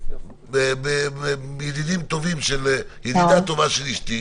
ידידה טובה של אשתי,